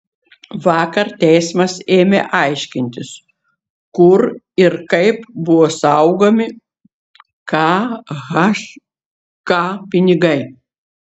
vakar teismas ėmė aiškintis kur ir kaip buvo saugomi khk pinigai